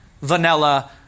vanilla